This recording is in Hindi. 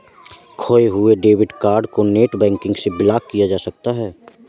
खोये हुए डेबिट कार्ड को नेटबैंकिंग से ब्लॉक किया जा सकता है